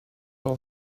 all